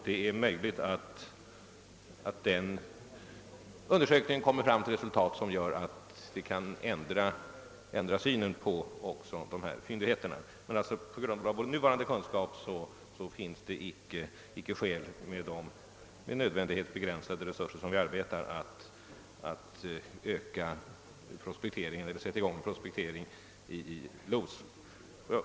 Det är möjligt att den undersökningen kommer till resultat som gör att vi kan ändra vår syn på också dessa fyndigheter. Men på grundval av vår nuvarande kunskap finns det icke skäl att med de med nödvändighet begränsade resurser som vi har sätta i gång prospektering i Los.